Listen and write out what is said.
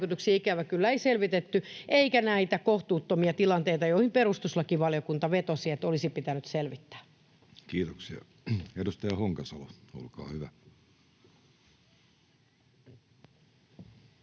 ikävä kyllä, ei selvitetty eikä näitä kohtuuttomia tilanteita, joihin perustuslakivaliokunta vetosi todetessaan, että olisi pitänyt selvittää. Kiitoksia. — Edustaja Honkasalo, olkaa hyvä. Arvoisa